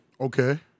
Okay